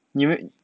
你有没有